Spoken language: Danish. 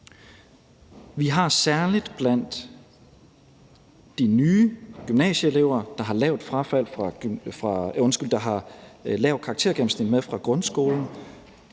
Vi har særlig blandt de nye gymnasieelever, der har et lavt karaktergennemsnit med fra grundskolen,